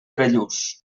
bellús